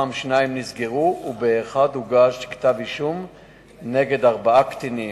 מתוכם שניים נסגרו ובאחד הוגש כתב-אישום נגד ארבעה קטינים.